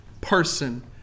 person